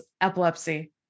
epilepsy